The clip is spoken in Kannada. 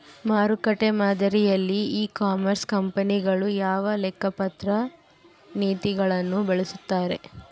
ಮಾರುಕಟ್ಟೆ ಮಾದರಿಯಲ್ಲಿ ಇ ಕಾಮರ್ಸ್ ಕಂಪನಿಗಳು ಯಾವ ಲೆಕ್ಕಪತ್ರ ನೇತಿಗಳನ್ನು ಬಳಸುತ್ತಾರೆ?